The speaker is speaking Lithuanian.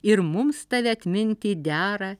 ir mums tave atminti dera